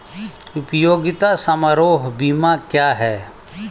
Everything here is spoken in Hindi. उपयोगिता समारोह बीमा क्या है?